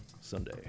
Sunday